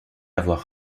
avoir